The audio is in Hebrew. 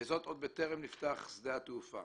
וזאת עוד בטרם נפתח שדה התעופה.